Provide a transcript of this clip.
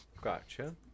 gotcha